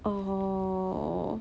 oh